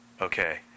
Okay